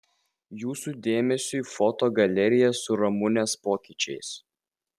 jūsų dėmesiui foto galerija su ramunės pokyčiais